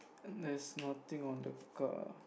and there's nothing on the car